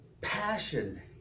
passion